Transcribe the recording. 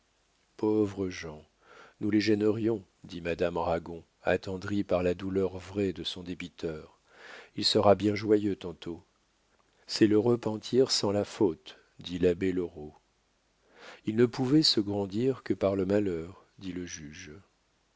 pauvres gens nous les gênerions dit madame ragon attendrie par la douleur vraie de son débiteur il sera bien joyeux tantôt c'est le repentir sans la faute dit l'abbé loraux il ne pouvait se grandir que par le malheur dit le juge